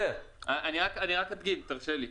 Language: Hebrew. אני רק אדגים, אם תרשה לי: